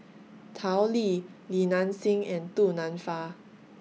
Tao Li Li Nanxing and Du Nanfa